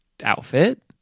outfit